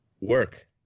Work